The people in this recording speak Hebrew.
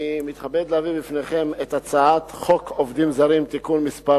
אני מתכבד להביא בפניכם את הצעת חוק עובדים זרים (תיקון מס'